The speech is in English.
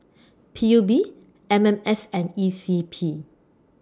P U B M M S and E C P